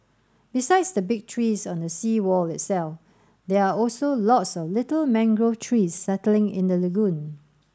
besides the big trees on the seawall itself there are also lots of little mangrove trees settling in the lagoon